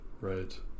right